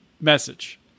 message